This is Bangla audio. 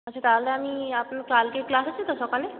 আচ্ছা তাহলে আমি আপনার কালকের ক্লাস আছে তো সকালে